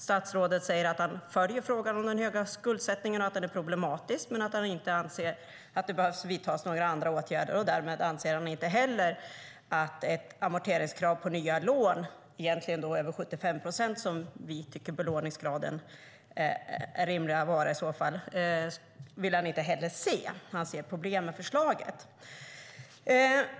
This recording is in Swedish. Statsrådet säger att han följer frågan om den höga skuldsättningen och att den är problematisk men att han inte anser att det behöver vidtas några andra åtgärder. Därmed vill han inte heller se ett amorteringskrav på nya lån - vi tycker att det är rimligt när det är en belåningsgrad på över 75 procent. Han ser problem med förslaget.